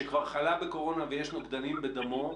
שכבר חלה בקורונה ויש נוגדנים בדמו,